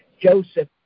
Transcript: Joseph